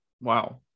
Wow